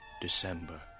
December